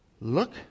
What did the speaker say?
look